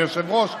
אדוני היושב-ראש,